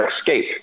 escape